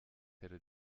hätte